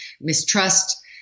mistrust